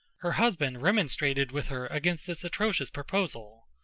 her husband remonstrated with her against this atrocious proposal.